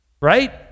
Right